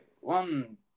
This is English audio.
one